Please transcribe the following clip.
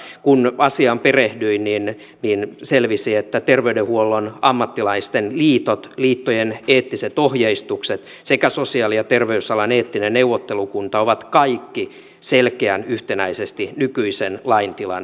mutta kun asiaan perehdyin niin selvisi että terveydenhuollon ammattilaisten liitot liittojen eettiset ohjeistukset sekä sosiaali ja terveysalan eettinen neuvottelukunta ovat kaikki selkeän yhtenäisesti nykyisen lain kannalla